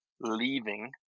leaving